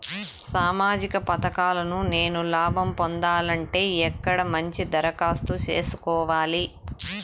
సామాజిక పథకాలను నేను లాభం పొందాలంటే ఎక్కడ నుంచి దరఖాస్తు సేసుకోవాలి?